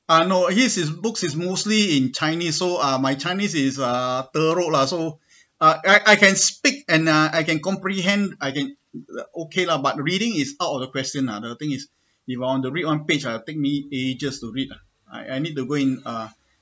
I know he's his books is mostly in chinese so ah my chinese is uh teruk lah so I I can speak and ah I can comprehend I can o~ okay lah but reading is out of the question lah the thing is if I'll want to read one page ah I think how many pages to read ah I I need to go in uh